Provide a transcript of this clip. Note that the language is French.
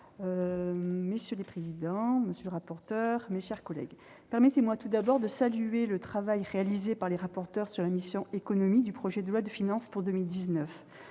d'État, mesdames, messieurs les rapporteurs, mes chers collègues, permettez-moi tout d'abord de saluer le travail réalisé par les rapporteurs sur la mission « Économie » du projet de loi de finances pour 2019.